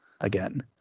again